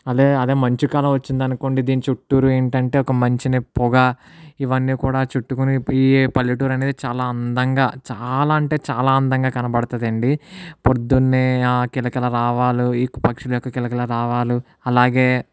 అదే అదే మంచు కాలం వచ్చింది అనుకోండి దీని చుట్టూరా ఏంటంటే ఒక మంచి పొగ ఇవన్నీ కూడా చుట్టుకుని పల్లెటూరు అనేది చాలా అందంగా చాలా అంటే చాలా అందంగా కనపడుతుంది అండి పొద్దునే ఆ కిల కిల రావాలు ఈ పక్షుల యొక్క కిల కిలా రావాలు అలాగే